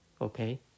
Okay